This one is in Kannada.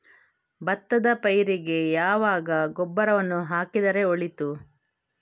ಭತ್ತದ ಪೈರಿಗೆ ಯಾವಾಗ ಗೊಬ್ಬರವನ್ನು ಹಾಕಿದರೆ ಒಳಿತು?